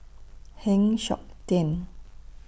Heng Siok Tian